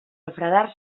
refredar